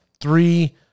three